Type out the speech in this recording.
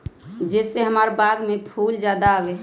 जे से हमार बाग में फुल ज्यादा आवे?